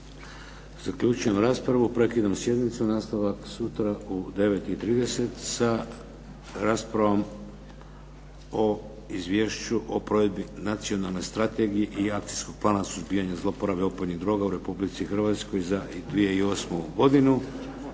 Zaključujem raspravu. Prekidam sjednicu, nastavak sutra u 9,30 sa raspravom o Izvješću o provedbi nacionalne strategije i akcijskog plana suzbijanja zlouporabe opojnih droga u Republici Hrvatskoj za 2008. godinu